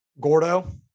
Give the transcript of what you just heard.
Gordo